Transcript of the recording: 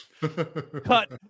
cut